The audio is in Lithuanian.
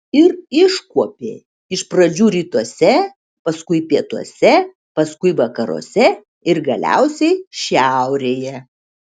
ir iškuopė iš pradžių rytuose paskui pietuose paskui vakaruose ir galiausiai šiaurėje